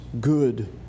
good